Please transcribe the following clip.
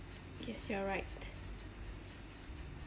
yes you are right